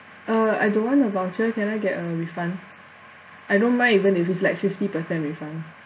uh I don't want a voucher can I get a refund I don't mind even if it's like fifty percent refund